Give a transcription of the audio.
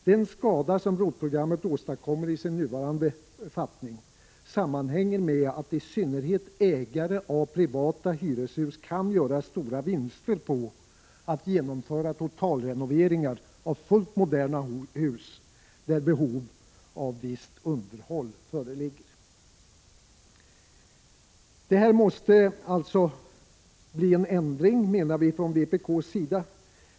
Den skada ROT-programmet åstadkommer i sin nuvarande utformning sammanhänger med att i synnerhet ägare av privata hyreshus kan göra stora vinster på att genomföra totalrenoveringar av fullt moderna hus, där behov av visst underhåll föreligger. Här måste det bli en ändring, menar vi från vpk.